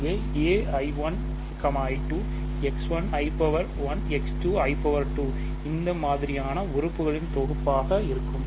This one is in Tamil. இங்கே a i1i2 x 1 i1 x 2i 2 இந்த மாதிரியான உறுப்புகளின் தொகுப்பாக இருக்கும்